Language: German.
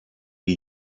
die